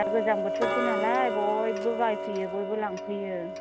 दा गोजां बोथोरसै नालाय बयबो बायफैयो बयबो लांफैयो